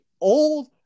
old